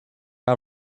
out